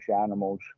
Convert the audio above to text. animal's